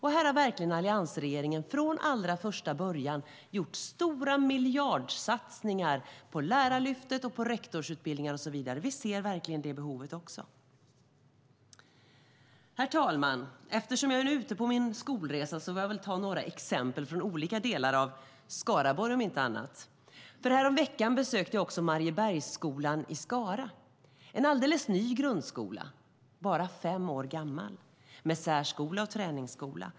Här har verkligen alliansregeringen från allra första början gjort stora miljardsatsningar på Lärarlyftet, rektorsutbildningen och så vidare. Vi ser verkligen det behovet. Herr talman! Eftersom jag nu är ute på min skolresa får jag väl om inte annat ta några exempel från olika delar av Skaraborg. Häromveckan besökte jag Mariebergsskolan i Skara. Det är en alldeles ny grundskola, bara fem år gammal, med särskola och träningsskola.